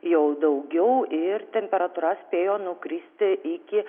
jau daugiau ir temperatūra spėjo nukristi iki